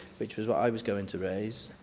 which was what i was going to raise.